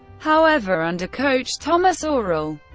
however, under coach tomas oral,